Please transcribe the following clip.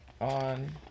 on